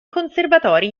conservatori